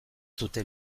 dute